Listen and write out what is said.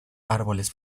árboles